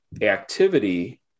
activity